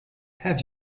have